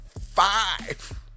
Five